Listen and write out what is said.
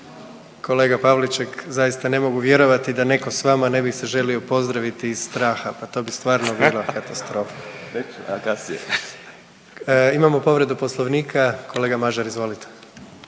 Kolega Pavliček zaista ne mogu vjerovati da netko s vama ne bi se želio pozdraviti iz straha. Pa to bi stvarno bila katastrofa. Imamo povredu Poslovnika. Kolega Mažar izvolite.